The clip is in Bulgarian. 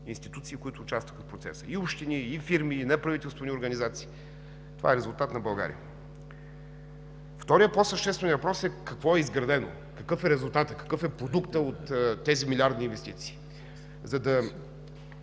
институции, които участваха в процеса – и общини, и фирми, и неправителствени организации. Това е резултат на България. Вторият, по-същественият въпрос е: какво е изградено, какъв е резултатът, какъв е продуктът от тези милиарди инвестиции? За да